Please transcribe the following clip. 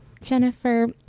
Jennifer